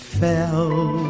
fell